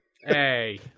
Hey